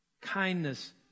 kindness